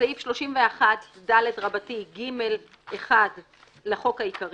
סעיף 31ד זאת אומרת סעיף 14. "14." בסעיף 31ד(ג)(1) לחוק העיקרי,